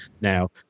now